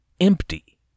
empty